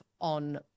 on